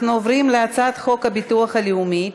אנחנו עוברים להצעת חוק הביטוח הלאומי (תיקון,